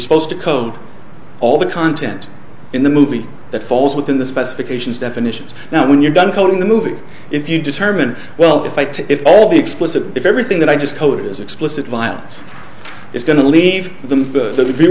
supposed to code all the content in the movie that falls within the specifications definitions now when you're done coding the movie if you determine well if i take all the explicit if everything that i just code is explicit violence is going to leave them